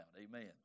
amen